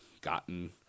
gotten